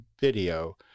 video